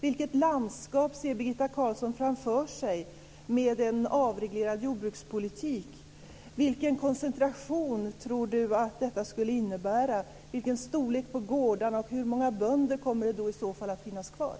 Vilket landskap ser Birgitta Carlsson framför sig med en avreglerad jordbrukspolitik? Vilken koncentration och vilken storlek på gårdarna tror Birgitta Carlsson att detta skulle innebära? Hur många bönder kommer det i så fall att finnas kvar?